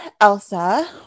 Elsa